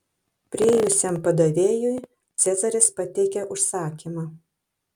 priėjusiam padavėjui cezaris pateikė užsakymą